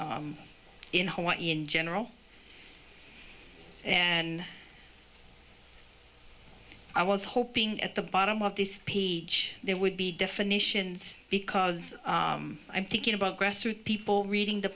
living in hawaii in general and i was hoping at the bottom of this page there would be definitions because i'm thinking about people reading the